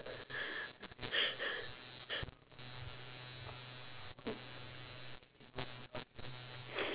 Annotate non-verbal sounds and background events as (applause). (laughs)